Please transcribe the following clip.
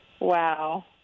Wow